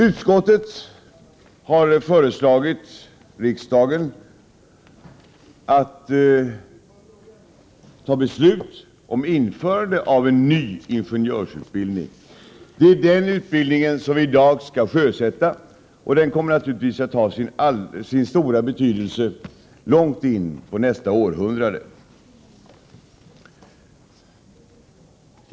Utskottet har föreslagit riksdagen att fatta beslut om införande av en ny ingenjörsutbildning. Det är den utbildningen som vi i dag skall sjösätta. Den kommer naturligtvis att ha sin stora betydelse långt in på nästa århundrade.